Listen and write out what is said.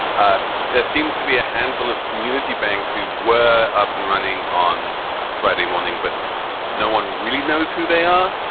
um there seems to be a handful of community banks who were up and running on friday morning, but no one really knows who they are.